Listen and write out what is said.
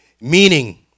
Meaning